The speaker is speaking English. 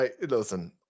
Listen